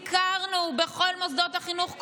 ביקרנו בכל מוסדות החינוך,